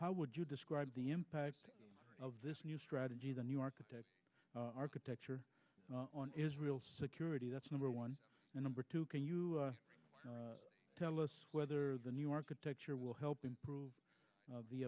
how would you describe the impact of this new strategy the new architecture architecture on israel's security that's number one and number two can you tell us whether the new architecture will help improve the